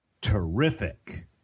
terrific